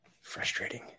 frustrating